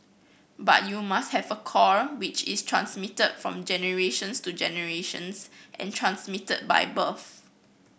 but you must have a core which is transmitted from generations to generations and transmitted by birth